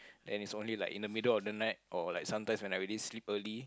then it's only like in the middle of the night or like sometimes when I already like sleep early